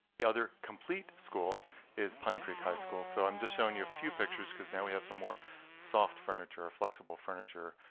the other complete school is pine creek high school. so i'm just showing you a few pictures because now we have some more soft furniture or flexible furniture.